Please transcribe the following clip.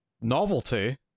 novelty